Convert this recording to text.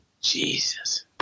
Jesus